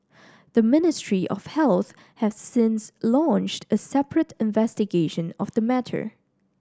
the Ministry of Health has since launched a separate investigation of the matter